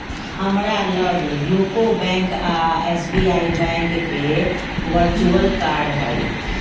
हमरा लग UCO bank आऽ एस.बी.आई बैंक के वर्चुअल कार्ड हइ